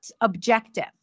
objective